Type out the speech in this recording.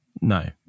No